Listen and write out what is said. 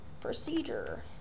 Procedure